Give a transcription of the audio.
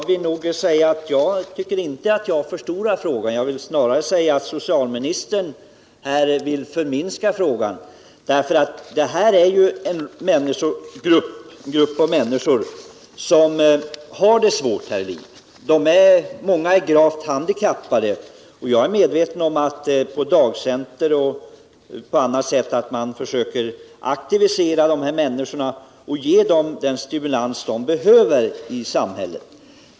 Herr talman! Jag tycker inte att jag förstorar frågan — snarare vill jag säga att socialministern förminskar den. Den rör en grupp människor som har det svårt här i livet. Många är gravt handikappade. Jag är medveten om att man på dagcenter och liknande försöker aktivera dessa människor och ge dem den stimulans de behöver.